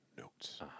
notes